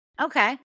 okay